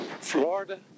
Florida